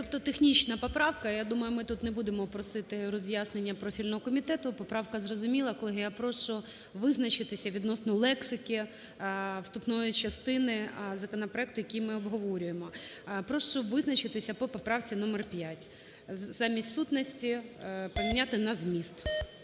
Тобто технічна поправка. Я думаю, ми тут не будемо просити роз'яснення профільного комітету. Поправка зрозуміла. Колеги, я прошу визначитися відносно лексики вступної частини законопроекту, який ми обговорюємо. Прошу визначитися по поправці номер 5: замість "сутності" поміняти на "зміст",